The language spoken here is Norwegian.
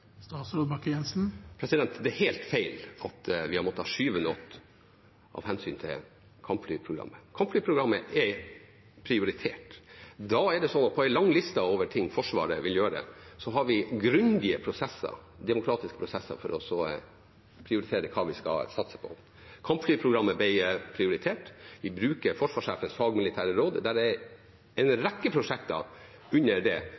Det er helt feil at vi har måttet skyve på noe av hensyn til kampflyprogrammet. Kampflyprogrammet er prioritert. På en lang liste over ting Forsvaret vil gjøre, har vi grundige prosesser, demokratiske prosesser, for å prioritere hva vi skal satse på. Kampflyprogrammet ble prioritert. Vi bruker forsvarssjefens fagmilitære råd. Det er en rekke prosjekter under det